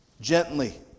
gently